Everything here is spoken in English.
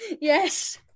Yes